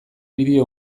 bideo